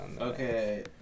Okay